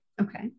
Okay